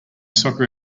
soccer